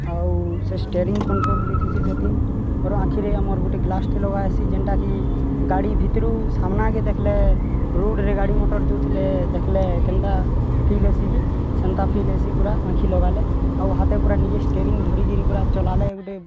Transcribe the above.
ଆଉ ସେ steering control ବି ଥିସି ସେଥିନ ଆର ଆଖିରେ ଆମର୍ ଗୋଟେ ଗ୍ଲାସ୍ଟେ ଲଗାଏ ହେସି ଯେନ୍ଟାକି ଗାଡ଼ି ଭିତରୁ ସାମ୍ନାକେ ଦେଖଲେ ରୋଡ଼ରେ ଗାଡ଼ି ମୋଟର ଯାଉଥିଲେ ଦେଖଲେ କେନ୍ତା ଫିଲ୍ ହେସିିକି ସେନ୍ତା ଫିଲ୍ ହେସି ପୁରା ଆଖି ଲଗାଲେ ଆଉ ହାତେ ପୁରା ନିଜେ ଷ୍ଟ୍ରିଅରିଂ ଧରିକିରି ପୁରା ଚଲାଲେ ଗୋଟେ